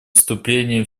вступление